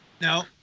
No